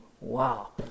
Wow